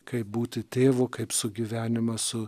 kaip būti tėvu kaip sugyvenimą su